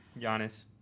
Giannis